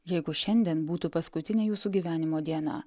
jeigu šiandien būtų paskutinė jūsų gyvenimo diena